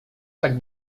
tak